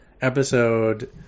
episode